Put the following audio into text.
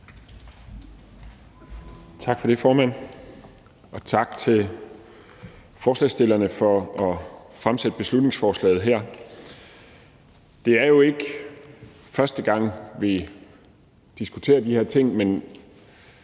Tak for det, formand, og tak til forslagsstillerne for at fremsætte beslutningsforslaget her. Det er jo ikke første gang, vi diskuterer de her ting, men